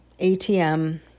ATM